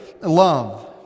love